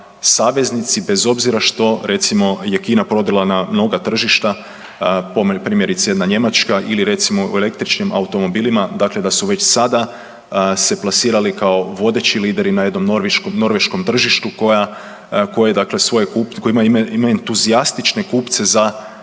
bez obzira što recimo je Kina prodrla na mnoga tržišta, primjerice jedna Njemačka ili recimo u električnim automobilima da su već sada se plasirali vodeći lideri na jednom norveškom tržištu koja ima entuzijastične kupce za